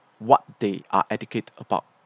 what they are educate about